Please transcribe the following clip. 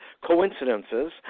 coincidences